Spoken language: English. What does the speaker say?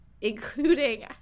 including